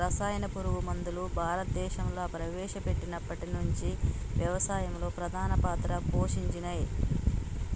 రసాయన పురుగు మందులు భారతదేశంలా ప్రవేశపెట్టినప్పటి నుంచి వ్యవసాయంలో ప్రధాన పాత్ర పోషించినయ్